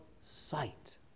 sight